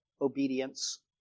obedience